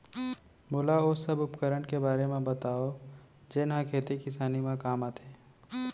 मोला ओ सब उपकरण के बारे म बतावव जेन ह खेती किसानी म काम आथे?